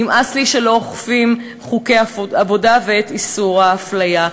נמאס לי שלא אוכפים חוקי עבודה ואת איסור האפליה.